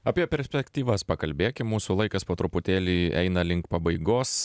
apie perspektyvas pakalbėkim mūsų laikas po truputėlį eina link pabaigos